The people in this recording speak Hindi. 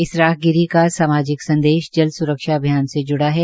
इस राहगिरी का सामाजिक संदेश जल स्रक्षा अभियान से जूड़ा है